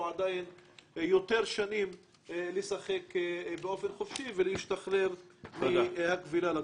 שנים לשחק באופן חופשי ולהשתחרר מהכבילה לקבוצה.